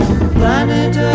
planet